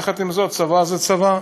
עם זאת, צבא זה צבא.